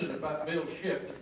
about bill shipp